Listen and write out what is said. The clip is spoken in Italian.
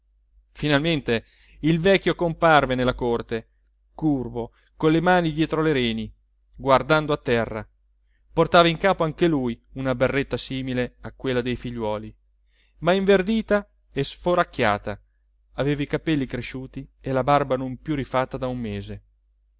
finalmente il vecchio comparve nella corte curvo con le mani dietro le reni guardando a terra portava in capo anche lui una berretta simile a quella dei figliuoli ma inverdita e sforacchiata aveva i capelli cresciuti e la barba non più rifatta da un mese